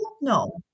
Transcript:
no